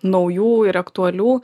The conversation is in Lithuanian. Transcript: naujų ir aktualių